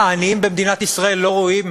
מה, העניים במדינת ישראל לא ראויים